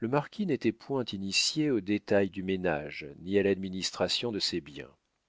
le marquis n'était point initié aux détails du ménage ni à l'administration de ses biens